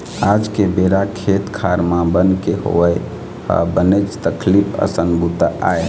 आज के बेरा खेत खार म बन के होवई ह बनेच तकलीफ असन बूता आय